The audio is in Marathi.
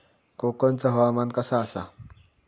कोकनचो हवामान कसा आसा?